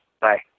Bye